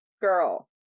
girl